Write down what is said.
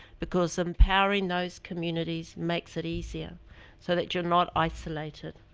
because empowering those communities makes it easier so that you're not isolated,